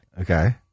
Okay